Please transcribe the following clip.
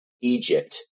Egypt